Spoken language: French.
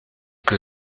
que